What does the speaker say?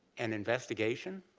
an investigation?